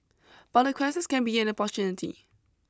but a crisis can be an opportunity